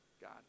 God